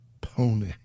Pony